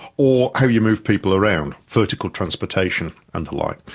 or how you move people around, vertical transportation and the like.